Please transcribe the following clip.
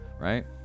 Right